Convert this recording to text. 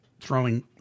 throwing